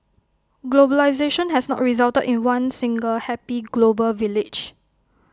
globalisation has not resulted in one single happy global village